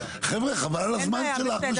חבר'ה, חבל על הזמן שלנו.